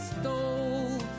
stole